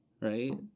Right